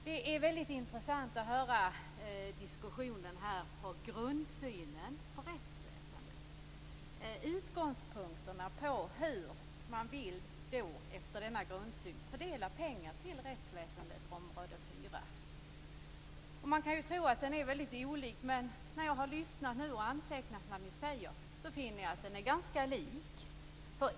Det är väldigt intressant att höra diskussionen här om grundsynen på rättsväsendet, och utgångspunkterna för hur man efter denna grundsyn fördelar pengar till rättsväsendet, utgiftsområde 4. Man kan tro att grundsynen är väldigt olika, men när jag nu har lyssnat och antecknat vad ni säger finner jag att den är ganska lika.